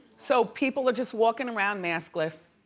so people are just walking around maskless.